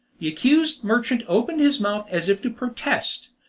the accused merchant opened his mouth as if to protest,